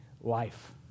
life